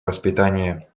воспитание